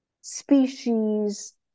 species